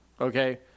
okay